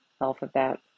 Alphabet